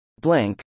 Blank